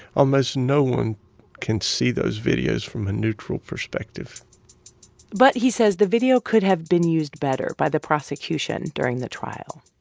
almost no one can see those videos from a neutral perspective but, he says, the video could have been used better by the prosecution during the trial.